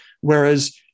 Whereas